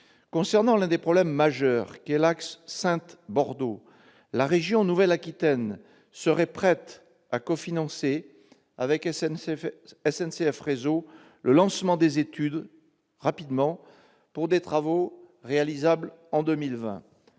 Concernant l'un des problèmes majeurs qu'est l'axe Saintes-Bordeaux, la région Nouvelle-Aquitaine serait prête à cofinancer rapidement avec SNCF Réseau le lancement des études, pour des travaux à réaliser en 2020.